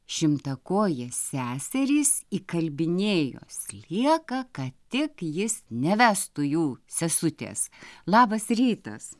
šimtakojės seserys įkalbinėjo slieką kad tik jis nevestų jų sesutės labas rytas